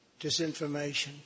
disinformation